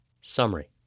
summary